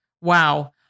Wow